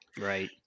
Right